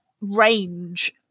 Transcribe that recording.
range